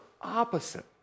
opposite